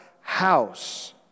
house